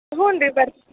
ಹ್ಞೂನ್ರಿ ಬರ್ತೀ